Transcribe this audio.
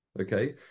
Okay